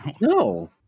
No